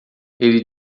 ele